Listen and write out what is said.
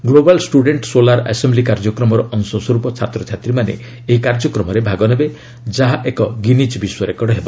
global student solar assembly କାର୍ଯ୍ୟକ୍ରମର ଅଂଶସ୍ୱରୂପ ଛାତ୍ରଛାତ୍ରୀମାନେ ଏହି କାର୍ଯ୍ୟକ୍ରମରେ ଭାଗ ନେବେ ଯାହା ଏକ ଗିନିଜ୍ ବିଶ୍ୱ ରେକର୍ଡ଼ ହେବ